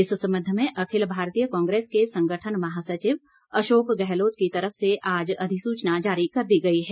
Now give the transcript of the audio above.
इस संबंध में अखिल भारतीय कांग्रेस के संगठन महासचिव अशोक गहलोत की तरफ से आज अधिसूचना जारी कर दी गई है